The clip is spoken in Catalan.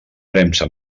premsa